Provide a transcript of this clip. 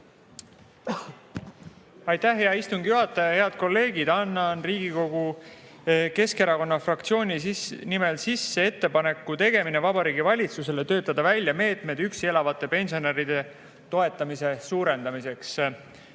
Aitäh, hea istungi juhataja! Head kolleegid! Annan Riigikogu Keskerakonna fraktsiooni nimel sisse [Riigikogu otsuse] "Ettepaneku tegemine Vabariigi Valitsusele töötada välja meetmed üksi elavate pensionäride toetamise suurendamiseks"